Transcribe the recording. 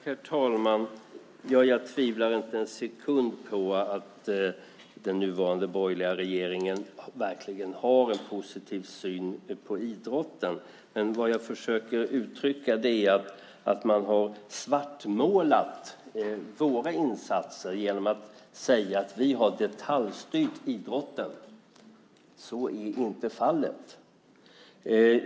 Herr talman! Jag tvivlar inte en sekund på att den nuvarande borgerliga regeringen verkligen har en positiv syn på idrotten. Vad jag försöker uttrycka är att man har svartmålat våra insatser genom att säga att vi har detaljstyrt idrotten. Så är inte fallet.